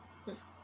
mm